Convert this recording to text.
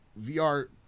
VR